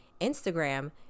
instagram